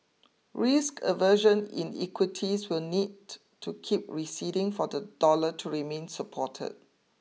risk aversion in equities will need to keep receding for the dollar to remain supported